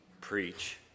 preach